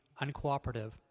uncooperative